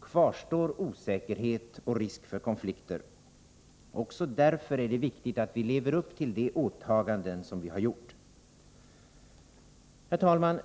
kvarstår osäkerhet och risk för konflikter. Också därför är det viktigt att vi lever upp till de åtaganden som vi har gjort. Herr talman!